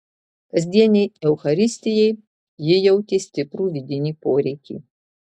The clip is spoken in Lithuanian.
kasdienei eucharistijai ji jautė stiprų vidinį poreikį